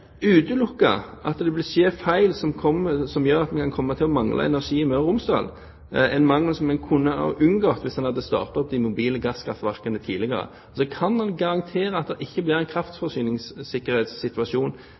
komme til å mangle energi i Møre og Romsdal, som vi kunne ha unngått hvis en hadde startet opp de mobile gasskraftverkene tidligere? Altså: Kan statsråden garantere at det ikke blir en